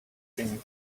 cream